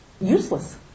useless